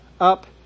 up